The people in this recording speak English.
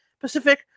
Pacific